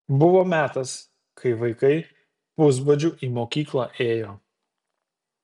buvo metas kai vaikai pusbadžiu į mokyklą ėjo